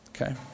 Okay